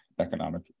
economic